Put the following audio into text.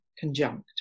conjunct